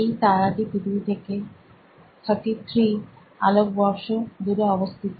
এই তারাটি পৃথিবী থেকে 33 আলোকবর্ষ দূরে অবস্থিত